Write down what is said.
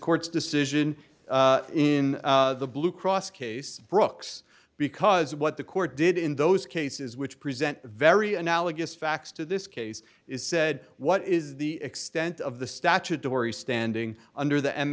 court's decision in the blue cross case brooks because what the court did in those cases which present very analogous facts to this case is said what is the extent of the statutory standing under the